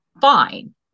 fine